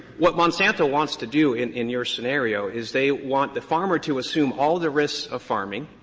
what monsanto wants to do in in your scenario is they want the farmer to assume all the risks of farming.